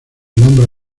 nombra